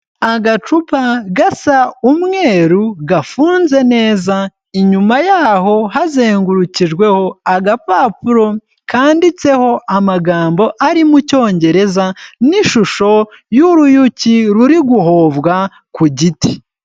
Agacupa gasa umweru gafunze neza, inyuma yaho hazengurukijweho agapapuro kanditseho amagambo ari mu cyongereza n'ishusho y'uruyuki ruri guhovwa ku giti.